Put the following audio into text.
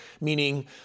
meaning